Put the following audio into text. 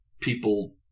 people